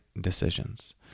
decisions